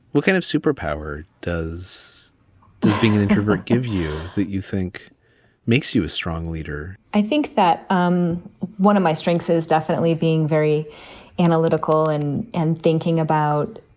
what kind of superpower does being an introvert give you that you think makes you a strong leader? i think that um one of my strengths is definitely being very analytical and and thinking about